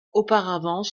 auparavant